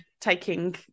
taking